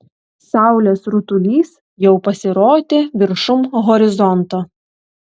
saulės rutulys jau pasirodė viršum horizonto